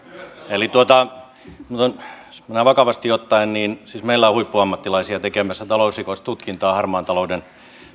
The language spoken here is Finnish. eli näin vakavasti ottaen meillä on huippuammattilaisia tekemässä talousrikostutkintaa harmaan talouden